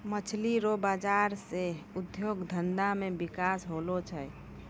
मछली रो बाजार से उद्योग धंधा मे बिकास होलो छै